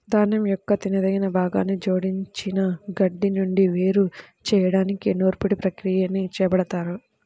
ధాన్యం యొక్క తినదగిన భాగాన్ని జోడించిన గడ్డి నుండి వేరు చేయడానికి నూర్పిడి ప్రక్రియని చేపడతారు